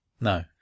No